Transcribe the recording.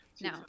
No